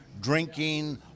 drinking